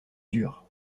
dur